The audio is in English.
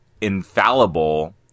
infallible